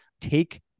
take